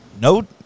no